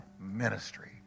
ministry